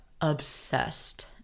obsessed